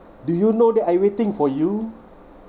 do you know that I waiting for you